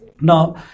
Now